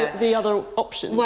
the other options. well,